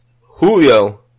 Julio